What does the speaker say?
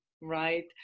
right